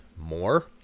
more